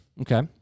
Okay